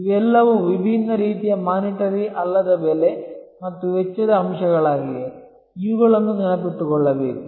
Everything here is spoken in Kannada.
ಇವೆಲ್ಲವೂ ವಿಭಿನ್ನ ರೀತಿಯ ವಿತ್ತೀಯ ಅಲ್ಲದ ಬೆಲೆ ಮತ್ತು ವೆಚ್ಚದ ಅಂಶಗಳಾಗಿವೆ ಇವುಗಳನ್ನು ನೆನಪಿಟ್ಟುಕೊಳ್ಳಬೇಕು